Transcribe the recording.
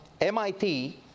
MIT